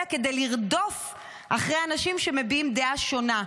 אלא כדי לרדוף אחרי אנשים שמביעים דעה שונה,